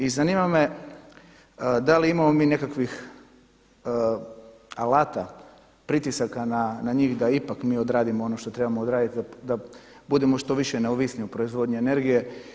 I zanima me da li imamo mi nekakvih alata, pritisaka na njih da ipak mi odradimo ono što trebamo odraditi, da budemo što više neovisni u proizvodnji energije.